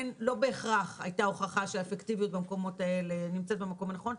לא בהכרח הייתה הוכחה שהאפקטיביות במקומות האלה נמצאת במקום הנכון.